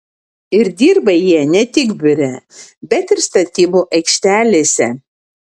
ir dirba jie ne tik biure bet ir statybų aikštelėse